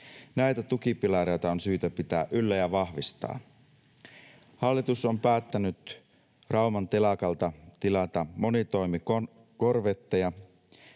Näitä tukipilareita on syytä pitää yllä ja vahvistaa. Hallitus on päättänyt Rauman telakalta tilata monitoimikorvetteja,